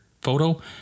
Photo